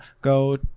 go